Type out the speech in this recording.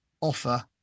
offer